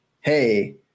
Hey